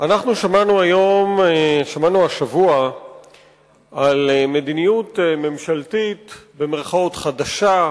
אנחנו שמענו השבוע על מדיניות ממשלתית "חדשה",